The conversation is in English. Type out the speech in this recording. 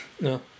No